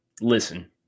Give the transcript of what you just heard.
Listen